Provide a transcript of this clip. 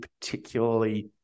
particularly